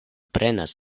prenas